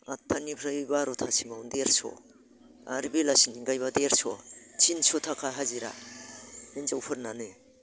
आठथानिफ्राय बार'थासिमावनो देरस' आरो बेलासिनि गायब्ला देरस' तिनस' थाखा हाजिरा हिनजावफोरनानो